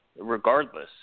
regardless